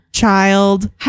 child